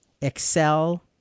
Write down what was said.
excel